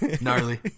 Gnarly